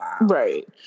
Right